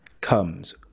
comes